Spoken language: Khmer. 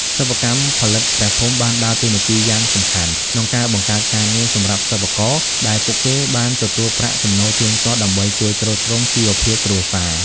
សិប្បកម្មផលិតព្រះភូមិបានដើរតួនាទីយ៉ាងសំខាន់ក្នុងការបង្កើតការងារសម្រាប់សិប្បករ ដែលពួកគេបានទទួលប្រាក់ចំណូលទៀងទាត់ដើម្បីជួយទ្រទ្រង់ជីវភាពគ្រួសារ។